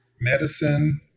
medicine